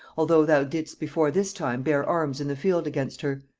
although thou didst before this time bear arms in the field against her?